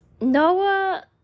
Noah